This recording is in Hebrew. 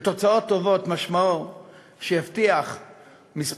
ותוצאות טובות משמע שיבטיחו מספר